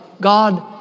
God